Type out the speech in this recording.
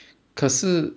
可是